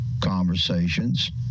conversations